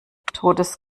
totes